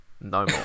no